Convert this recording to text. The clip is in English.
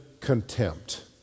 Contempt